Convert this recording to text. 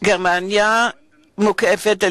גרמניה מוקפת,